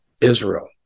Israel